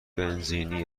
بنزینی